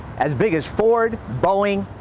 as big as ford, boeing,